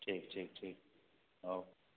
ठीक ठीक ठीक आउ